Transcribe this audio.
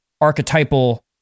archetypal